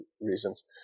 reasons